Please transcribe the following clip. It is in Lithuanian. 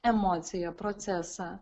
emociją procesą